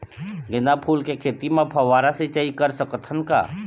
गेंदा फूल के खेती म फव्वारा सिचाई कर सकत हन का?